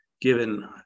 given